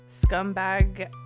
Scumbag